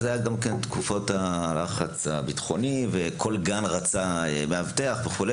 היו אז תקופות לחץ ביטחוני וכל גן רצה מאבטח וכו',